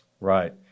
right